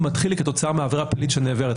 מתחיל כתוצאה מעבירה פלילית שנעברת.